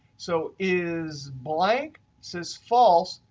so is blank says false,